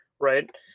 right